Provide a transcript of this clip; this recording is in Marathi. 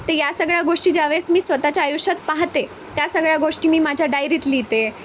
तर या सगळ्या गोष्टी ज्यावेळेस मी स्वतःच्या आयुष्यात पाहते त्या सगळ्या गोष्टी मी माझ्या डायरीत लिहिते